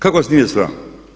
Kako vas nije sram?